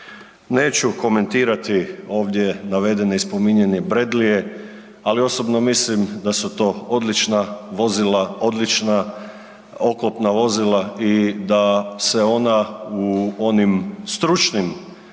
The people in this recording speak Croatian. Neću komentirati ovdje navedene i spominjane Bradleyje ali osobno mislim da su to odlična vozila, odlična oklopna vozila i da se ona u onim stručnim